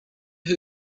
who